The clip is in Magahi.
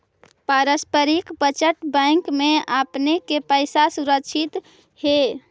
पारस्परिक बचत बैंक में आपने के पैसा सुरक्षित हेअ